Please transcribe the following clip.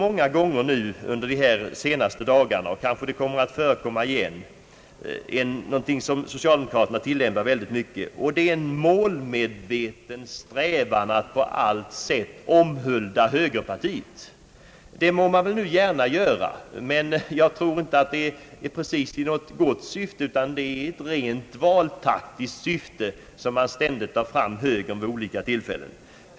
Många gånger under de senaste dagarna — det kanske kommer att förekomma igen — har jag märkt någonting som socialdemokraterna ofta tilllämpar, nämligen en målmedveten strävan att på allt sätt omhulda högerpartiet. Det må man nu gärna göra, men jag tror inte precis att det sker i något gott syfte, utan det är i ett rent valtaktiskt syfte som man ständigt drar fram högern vid olika tillfällen.